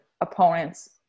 opponents